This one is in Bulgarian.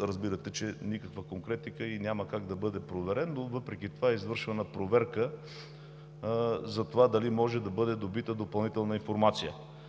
разбирате, че никаква конкретика и няма как да бъде проверено, но въпреки това е извършвана проверка за това дали може да бъде добита допълнителна информация,